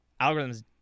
algorithms